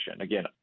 Again